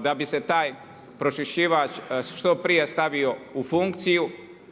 da bi se taj pročiščivać što prije stavio u funkciju.